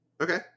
Okay